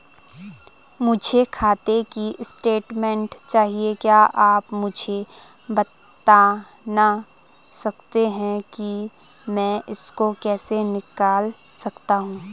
मुझे खाते की स्टेटमेंट चाहिए क्या आप मुझे बताना सकते हैं कि मैं इसको कैसे निकाल सकता हूँ?